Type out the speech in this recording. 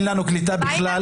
אין לנו קליטה בכלל.